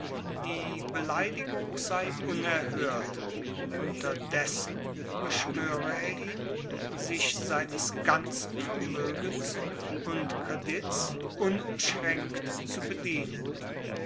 die beleidigung sei unerhört unterdessen beschwöre er ihn sich seines ganzen vermögens und kredits unumschränkt zu bedienen